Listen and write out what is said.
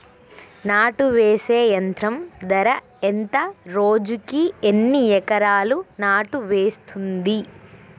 నాటు వేసే యంత్రం ధర ఎంత రోజుకి ఎన్ని ఎకరాలు నాటు వేస్తుంది?